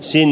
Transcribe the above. sin